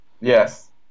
Yes